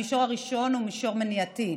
המישור הראשון הוא מישור מניעתי,